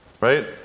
Right